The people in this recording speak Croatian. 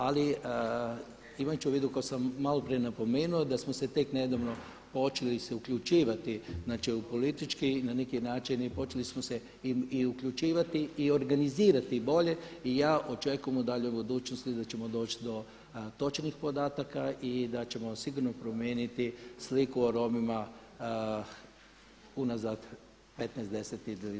Ali imajući u vidu ono što sam malo prije napomenuo da smo se tek nedavno počeli uključivati u politički način i počeli smo se i uključivati i organizirati bolje i ja očekujem u daljoj budućnosti da ćemo doći do točnih podataka i da ćemo sigurno promijeniti sliku o Romima unazad 15, 10 i 20 godina.